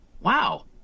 wow